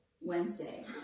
Wednesday